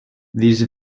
these